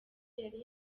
yari